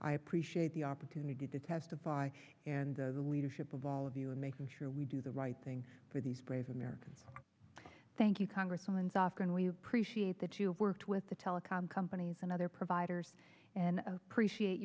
i appreciate the opportunity to testify and the leadership of all of you in making sure we do the right thing for these brave americans thank you congressman's off going we appreciate that you worked with the telecom companies and other providers and appreciate